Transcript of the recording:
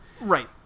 Right